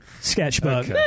sketchbook